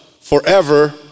forever